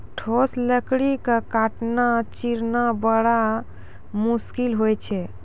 ठोस लकड़ी क काटना, चीरना बड़ा मुसकिल होय छै